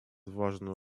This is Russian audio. важную